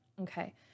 Okay